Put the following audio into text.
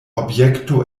objekto